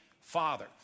father